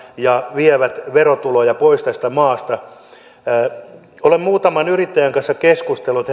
vievät verotuloja pois tästä maasta olen muutaman yrittäjän kanssa keskustellut